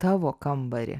tavo kambarį